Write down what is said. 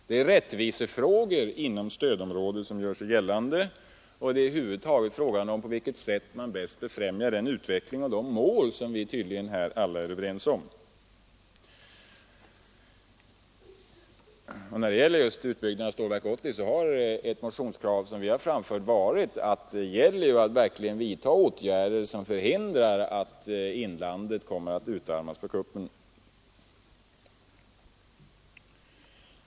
Där gör sig rättvisefrågorna inom stödområdet gällande, och det är fråga om på vilket sätt man bäst befrämjar den utveckling och säkrast når de mål som vi är överens om. Vad beträffar utbyggnaden av Stålverk 80 har vi fört fram ett motionskrav om att man skall vidta åtgärder som förhindrar att inlandet kommer att utarmas genom expansionen i Luleå.